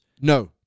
No